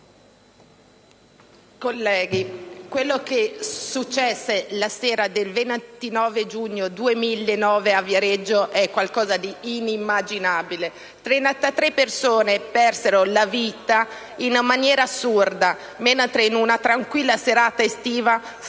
Presidente, quello che successe la sera del 29 giugno 2009 a Viareggio è qualcosa di inimmaginabile: 33 persone persero la vita in maniera assurda, mentre in una tranquilla serata estiva stavano